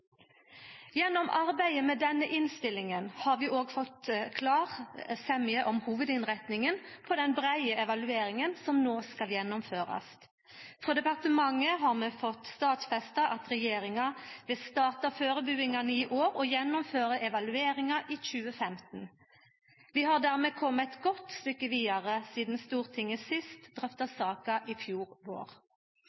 Gjennom arbeidet med denne innstillinga har vi òg fått klar semje om hovudinnrettinga på den breie evalueringa som no skal gjennomførast. Frå departementet har vi fått stadfesta at regjeringa vil starta førebuingane i år og gjennomføra evalueringa i 2015. Vi har dermed kome eit godt stykke vidare sidan Stortinget sist